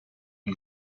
hay